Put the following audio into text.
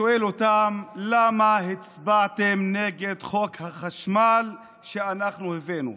שואל אותם: למה הצבעתם נגד חוק החשמל שאנחנו הבאנו?